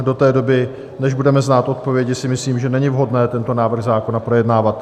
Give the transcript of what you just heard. Do té doby, než budeme znát odpovědi, si myslím, že není vhodné tento návrh zákona projednávat.